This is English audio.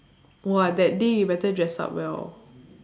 !wah! that day you better dress up well